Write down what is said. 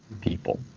people